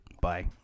Bye